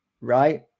right